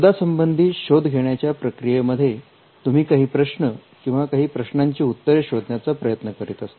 शोधा संबंधी शोध घेण्याच्या प्रक्रिये मध्ये तुम्ही काही प्रश्न किंवा काही प्रश्नांची उत्तरे शोधण्याचा प्रयत्न करीत असता